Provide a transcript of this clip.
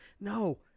no